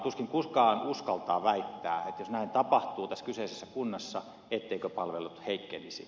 tuskin kukaan uskaltaa väittää että jos näin tapahtuu tässä kyseisessä kunnassa eivät palvelut heikkenisi